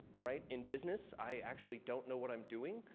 right? in business, i actually don't know what i'm doing.